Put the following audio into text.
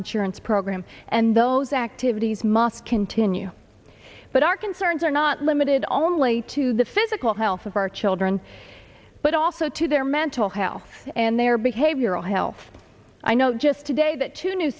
insurance program and those activities must continue but our concerns are not limited only to the physical health of our children but also to their mental health and their behavioral health i know just today that two new